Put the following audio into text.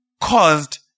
caused